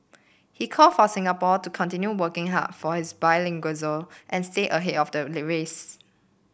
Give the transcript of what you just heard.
he call for Singapore to continue working hard for its bilingualism and stay ahead of the race